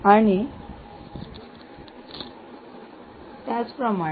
आणि आपण सर्व कोठे पत्करतात